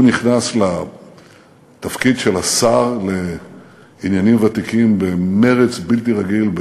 הוא נכנס לתפקיד של השר לענייני ותיקים במרץ בלתי רגיל,